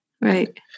right